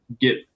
get